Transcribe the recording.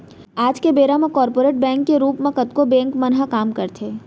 आज के बेरा म कॉरपोरेट बैंक के रूप म कतको बेंक मन ह काम करथे